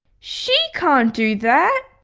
she can't do that!